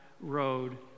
road